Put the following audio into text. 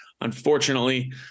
Unfortunately